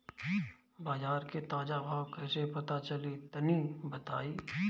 बाजार के ताजा भाव कैसे पता चली तनी बताई?